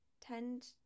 tend